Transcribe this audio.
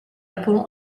apollon